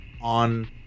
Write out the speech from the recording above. on